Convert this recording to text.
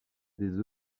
des